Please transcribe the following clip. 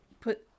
put